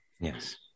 Yes